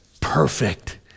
perfect